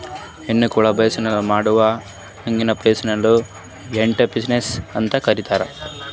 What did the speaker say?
ಹೆಣ್ಮಕ್ಕುಳ್ ಬಿಸಿನ್ನೆಸ್ ಮಾಡುರ್ ಅವ್ರಿಗ ಫೆಮಿನಿಸ್ಟ್ ಎಂಟ್ರರ್ಪ್ರಿನರ್ಶಿಪ್ ಅಂತ್ ಕರೀತಾರ್